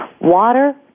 Water